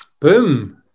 Boom